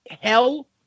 Hell